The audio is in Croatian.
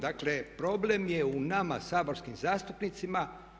Dakle problem je u nama saborskim zastupnicima.